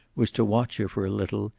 was to watch her for a little,